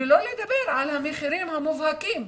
ולא לדבר על המחירים המובהקים,